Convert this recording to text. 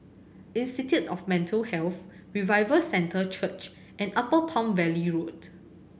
Institute of Mental Health Revival Centre Church and Upper Palm Valley Road